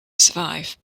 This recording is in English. survive